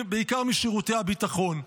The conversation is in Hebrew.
בעיקר משירותי הביטחון.